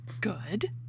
Good